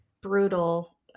brutal